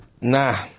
Nah